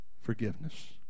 forgiveness